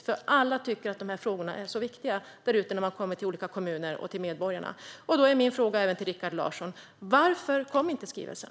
Det upplever man när man möter olika kommuner och medborgarna. Då är min fråga även till Rikard Larsson: Varför kom inte skrivelsen?